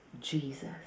Jesus